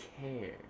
care